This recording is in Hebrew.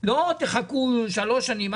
אל תחכו שלוש שנים,